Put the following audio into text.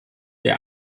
der